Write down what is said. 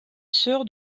sœur